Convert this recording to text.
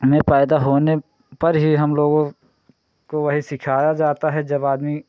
में पैदा होने पर ही हम लोगों को वही सिखाया जाता है जब आदमी